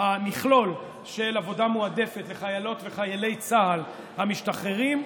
המכלול של עבודה מועדפת לחיילות וחיילי צה"ל המשתחררים,